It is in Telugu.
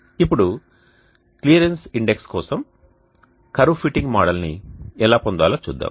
ఇప్పుడు క్లియరెన్స్ ఇండెక్స్ కోసం కర్వ్ ఫిట్టింగ్ మోడల్ని ఎలా పొందాలో చూద్దాం